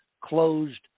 closed